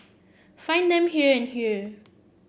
find them here and here